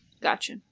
Gotcha